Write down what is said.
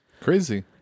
crazy